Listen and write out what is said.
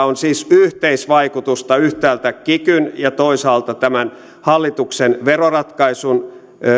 on siis yhteisvaikutusta yhtäältä kikyn ja toisaalta tämän hallituksen veroratkaisun